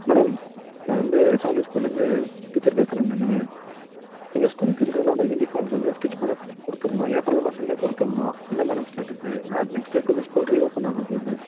madam நான் வந்து சாமி ஸ்கூல்லேருந்து டீச்சர் பேசுகிறேன் நான் எங்கள் ஸ்கூல் சில்ரனோடய யூனிஃபாம்ஸ் வந்து ஸ்டிச் பண்ண கொடுத்துர்ந்தோம் ஏப்ரல் மாதமே கொடுத்துர்ந்தோம் என்ன மேடம் ஸ்டேட்டஸ்சு நான் நெக்ஸ்ட் வீக் வந்து ஸ்கூல் ரீயோப்பன் ஆகப்போகுது